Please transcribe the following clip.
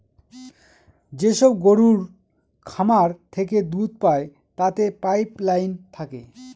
যেসব গরুর খামার থেকে দুধ পায় তাতে পাইপ লাইন থাকে